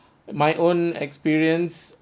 my own experience